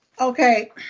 Okay